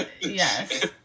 yes